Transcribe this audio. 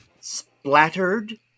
splattered